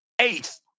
Eighth